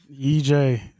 ej